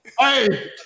Hey